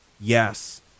Yes